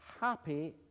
happy